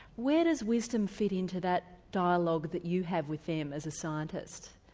where does wisdom fit into that dialogue that you have with them as a scientist?